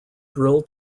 drill